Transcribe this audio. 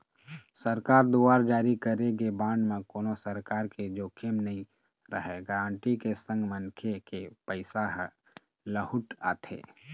सरकार दुवार जारी करे गे बांड म कोनो परकार के जोखिम नइ रहय गांरटी के संग मनखे के पइसा ह लहूट आथे